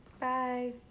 Bye